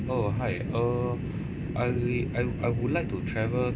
oh hi uh I I wou~ I would like to travel